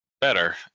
better